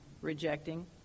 Rejecting